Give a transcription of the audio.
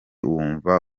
wumva